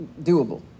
doable